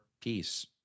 peace